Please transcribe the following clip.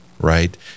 right